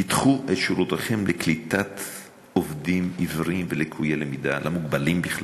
פתחו את שורותיכם לקליטת עובדים עיוורים ולקויי ראייה ולמוגבלים בכלל.